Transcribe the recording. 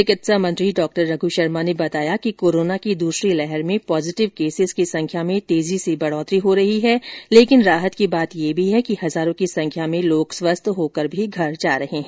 चिकित्सा मंत्री डॉ रघ् शर्मा ने बताया कि कोरोना की दूसरी लहर में पॉजिटिव केसेज की संख्या में तेजी से बढ़ोतरी हो रही है लेकिन राहत की बात यह भी है कि हजारों की संख्या में लोग स्वस्थ होकर भी घर भी जा रहे हैं